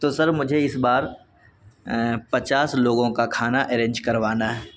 تو سر مجھے اس بار پچاس لوگوں کا کھانا ارینج کروانا ہے